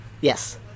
Yes